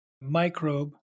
microbe